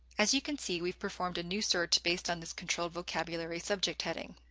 as you can see we've performed a new search based on this controlled vocabulary subject heading.